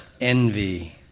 Envy